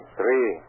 Three